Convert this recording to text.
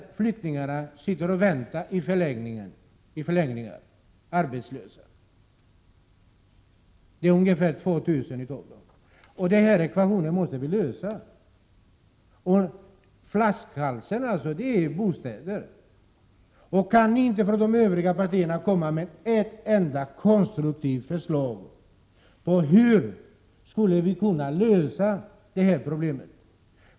Samtidigt sitter alltså ungefär 2 000 flyktingar och väntar arbetslösa i förläggningar. Den här ekvationen måste vi lösa. Det är bostadsfrågan som är flaskhalsen. Kan ni inte från de övriga partierna lägga fram ett enda konstruktivt förslag till hur vi skulle kunna lösa detta problem?